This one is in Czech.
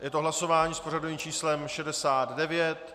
Je to hlasování s pořadovým číslem 69.